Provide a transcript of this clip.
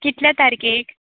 कितले तारकेक